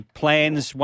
plans